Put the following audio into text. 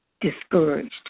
discouraged